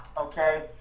okay